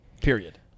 period